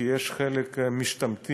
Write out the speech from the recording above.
כי יש חלק שהם משתמטים,